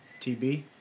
TB